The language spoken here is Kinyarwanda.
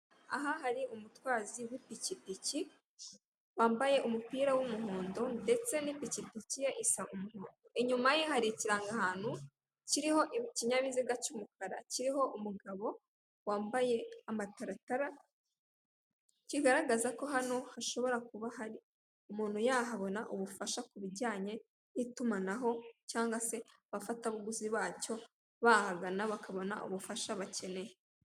Aha hari umutwazi w'ipikipiki wambaye umupira w'umuhondo ndetse n'ipikipiki isa umuhondo. Inyuma ye hari ikirangahantu kiriho ibinyabiziga cy'umunara kiriho umugabo wambaye amataratara, kigaragaza ko hano hashobora kuba hari umuntu yahabona ubufasha kubijyanye n'itumanaho cyangwa se abafatabuguzi bacyo bahagana bakahabona ubufasha bakeneye.